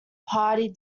party